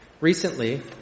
Recently